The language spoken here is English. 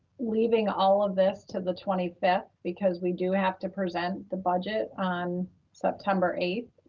leaving all of this to the twenty fifth because we do have to present the budget on september eighth.